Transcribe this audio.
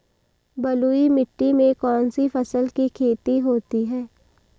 बलुई मिट्टी में कौनसी फसल की खेती होती है?